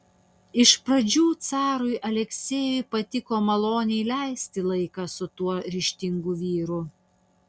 iš pradžių carui aleksejui patiko maloniai leisti laiką su tuo ryžtingu vyru